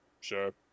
Sure